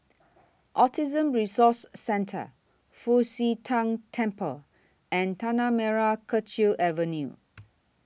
Autism Resource Centre Fu Xi Tang Temple and Tanah Merah Kechil Avenue